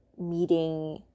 meeting